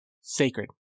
sacred